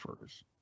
first